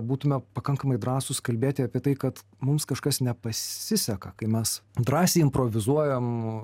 būtume pakankamai drąsūs kalbėti apie tai kad mums kažkas nepasiseka kai mes drąsiai improvizuojam